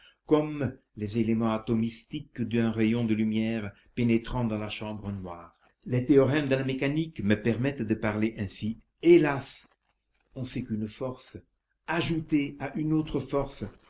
comme les éléments atomistiques d'un rayon de lumière pénétrant dans la chambre noire les théorèmes de la mécanique me permettent de parler ainsi hélas on sait qu'une force ajoutée à une autre force